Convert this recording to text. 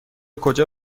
کجا